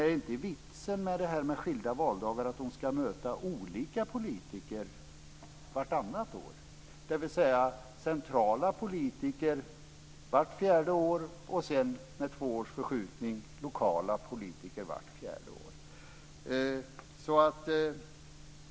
Är inte vitsen med skilda valdagar att man ska möta olika politiker vartannat år, dvs. centrala politiker vart fjärde år och med två års förskjutning lokala politiker vart fjärde år?